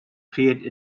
creates